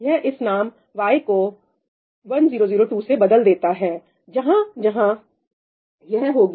यह इस नाम y को 1002 से बदल देता है जहां जहां जहां यह होगी